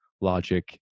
logic